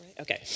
Okay